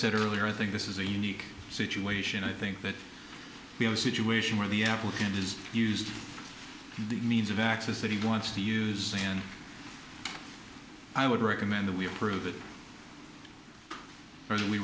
said earlier i think this is a unique situation i think that we have a situation where the applicant is used the means of access that he wants to use and i would recommend that we approve it or